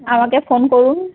আমাকে ফোন করুন